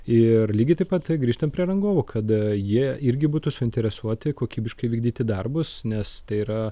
ir lygiai taip pat grįžtam prie rangovų kada jie irgi būtų suinteresuoti kokybiškai vykdyti darbus nes tai yra